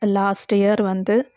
last year வந்து